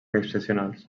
excepcionals